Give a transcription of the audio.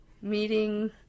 Meeting